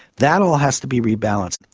that all has to be rebalanced.